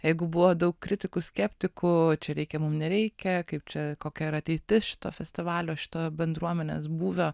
jeigu buvo daug kritikų skeptikų čia reikia mum nereikia kaip čia kokia yra ateitis šito festivalio šitoje bendruomenės būvio